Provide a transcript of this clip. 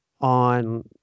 on